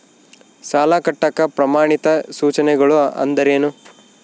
ಸಾಲ ಕಟ್ಟಾಕ ಪ್ರಮಾಣಿತ ಸೂಚನೆಗಳು ಅಂದರೇನು?